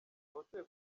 abatuye